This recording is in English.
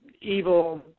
evil